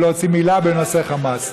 ולא הוציא מילה בנושא חמאס.